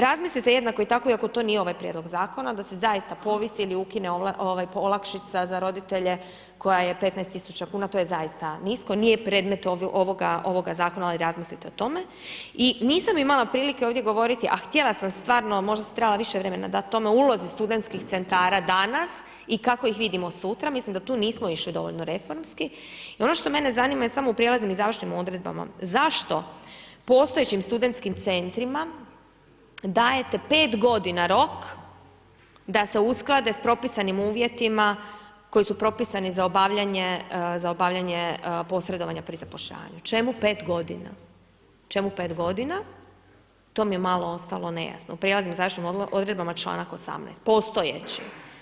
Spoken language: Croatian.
Razmislite jednako i tako i ako to nije ovaj prijedlog Zakona da se zaista povisi ili ukine olakšica za roditelje koja je 15000 kuna, to je zaista nisko, nije predmet ovoga Zakona ali razmislite o tome, i nisam imala prilike ovdje govoriti a htjela sam stvarno, možda sam trebala više vremena dati tome, ulozi studentskih centara danas i kako ih vidimo sutra, mislim da tu nismo išli dovoljno reformski i ono što mene zanima je samo u prijelaznim i završnim odredbama, zašto postojećim Studentskim centrima dajete 5 godina rok da se usklade s propisanim uvjetima koji su propisani za obavljanje posredovanja pri zapošljavanju, čemu 5 godina, čemu 5 godina, to mi je malo ostalo nejasno, u prijelaznim i završnim odredbama članak 18., postojeći.